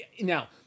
Now